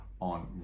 on